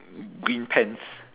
green pants